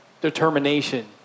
determination